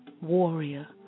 warrior